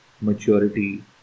maturity